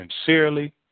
sincerely